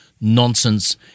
nonsense